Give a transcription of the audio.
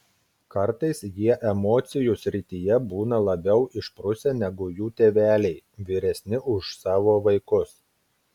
kartais jie emocijų srityje būna labiau išprusę negu jų tėveliai vyresni už savo vaikus